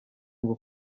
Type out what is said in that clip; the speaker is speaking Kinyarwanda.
ngo